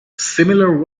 similar